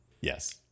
Yes